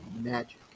magic